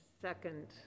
second